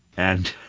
and